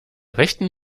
rechten